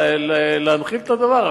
להנחיל את הדבר.